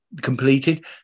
completed